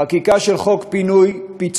חקיקה של חוק פינוי-פיצוי,